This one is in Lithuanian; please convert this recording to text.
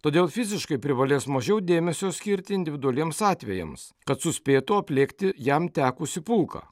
todėl fiziškai privalės mažiau dėmesio skirti individualiems atvejams kad suspėtų aplėkti jam tekusį pulką